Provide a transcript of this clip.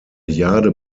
jade